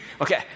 Okay